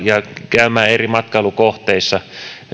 käymään eri matkailukohteissa